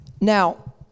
Now